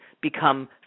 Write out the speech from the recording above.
become